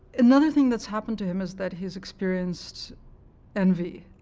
another thing that's happened to him is that he's experienced envy